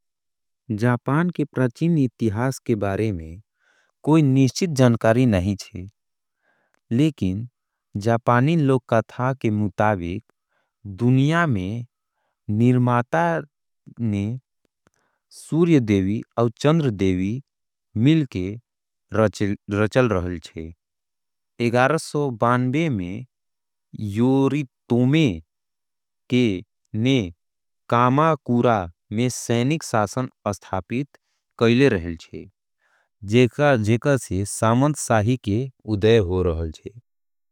जापान के प्राचीन इतिहास के बारे में। कोई निश्चित जानकारी नहीं छे। लेकिन जापानी लोक कथा के मुताबिक दुनिया में निर्माता सूर्यदेवी। और चंद्रदेवी मिलके रचल रहे छे। उन्नीस सौ बॉन्बे में यूरी तोमें ने सगा कुरा। में सैनिक शासन स्थापित करेल रहे छे। जेकर से सामंत सही के उदय हुए रहेल छे।